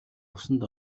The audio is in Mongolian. усанд